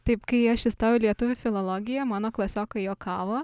taip kai aš įstojau į lietuvių filologiją mano klasiokai juokavo